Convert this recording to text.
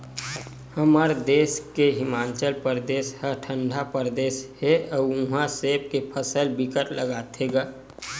हमर देस के हिमाचल परदेस ह ठंडा परदेस हे अउ उहा सेब के फसल बिकट लगाथे गा